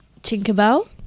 Tinkerbell